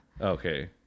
Okay